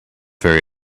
very